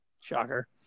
Shocker